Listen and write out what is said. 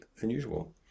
unusual